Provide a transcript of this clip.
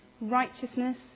righteousness